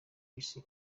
isi